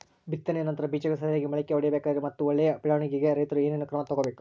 ಬಿತ್ತನೆಯ ನಂತರ ಬೇಜಗಳು ಸರಿಯಾಗಿ ಮೊಳಕೆ ಒಡಿಬೇಕಾದರೆ ಮತ್ತು ಒಳ್ಳೆಯ ಬೆಳವಣಿಗೆಗೆ ರೈತರು ಏನೇನು ಕ್ರಮ ತಗೋಬೇಕು?